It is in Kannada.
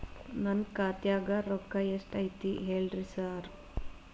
ನನ್ ಖಾತ್ಯಾಗ ರೊಕ್ಕಾ ಎಷ್ಟ್ ಐತಿ ಹೇಳ್ರಿ ಸಾರ್?